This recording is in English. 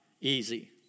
easy